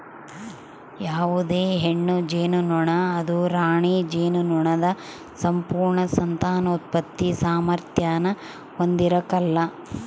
ಯಾವುದೇ ಹೆಣ್ಣು ಜೇನುನೊಣ ಅದು ರಾಣಿ ಜೇನುನೊಣದ ಸಂಪೂರ್ಣ ಸಂತಾನೋತ್ಪತ್ತಿ ಸಾಮಾರ್ಥ್ಯಾನ ಹೊಂದಿರಕಲ್ಲ